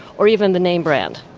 or even the name brand,